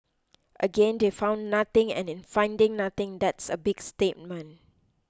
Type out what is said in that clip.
again they found nothing and in finding nothing that's a big statement